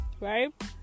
right